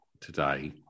today